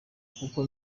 kuko